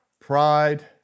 pride